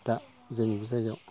दा जोंनि बे जायगायाव